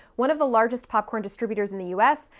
one of the largest popcorn distributors in the u s,